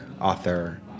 author